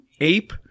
ape